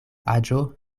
aĝo